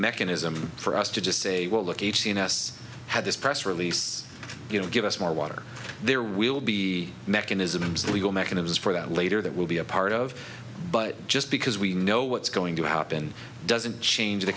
mechanism for us to just say well look i had this press release you know give us more water there will be mechanisms legal mechanisms for that later that will be a part of but just because we know what's going to happen doesn't change the